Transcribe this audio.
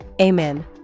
Amen